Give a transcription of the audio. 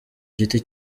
giti